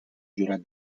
jurat